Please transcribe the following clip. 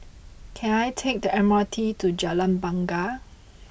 can I take the M R T to Jalan Bungar